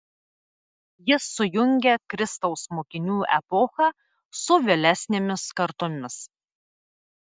jis sujungė kristaus mokinių epochą su vėlesnėmis kartomis